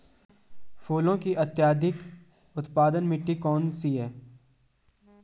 फूलों की अत्यधिक उत्पादन मिट्टी कौन सी है?